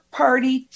party